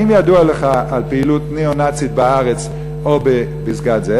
האם ידוע לך על פעילות ניאו-נאצית בארץ או בפסגת-זאב?